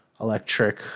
electric